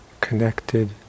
connected